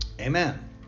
Amen